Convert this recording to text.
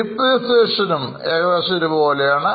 Depreciation ഏകദേശം ഒരുപോലെയാണ്